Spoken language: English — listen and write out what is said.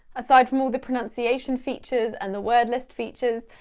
aside from ah the pronunciation features and the word list features,